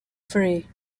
free